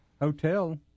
hotel